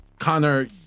Connor